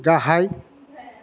गाहाय